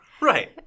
Right